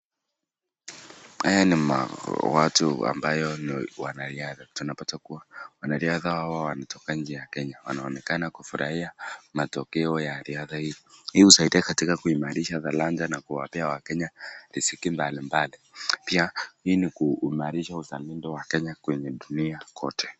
Haya ni ma watu ambao ni wanariadha tunapata kuwa wanariahda hao wakitoka nje ya Kenya. Wanaonekana kufurahia matokeo ya riadha hiyo. Hii usaidia katika kuimarisha talanta na kuwapea wakenya risiki mbali mbali. Pia hii kuimarisha uzalenda wa Kenya katika dunia kote.